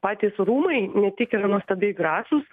patys rūmai ne tik yra nuostabiai gražūs